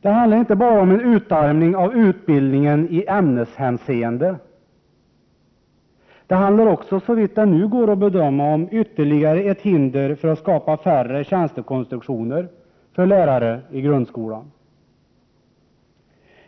Det handlar inte bara om en utarmning av utbildningen i ämneshänseende, utan det handlar också, såvitt det nu går att bedöma, om ytterligare ett hinder för att skapa färre tjänstekonstruktioner för lärare i grundskolan.